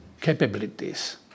capabilities